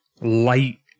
light